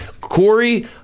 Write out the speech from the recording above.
Corey